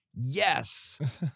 Yes